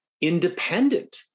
independent